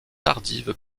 tardive